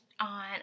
on